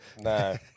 No